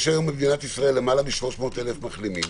יש היום במדינת ישראל למעלה מ-300,000 מחלימים,